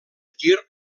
tir